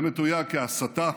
זה מתויג כהסתה,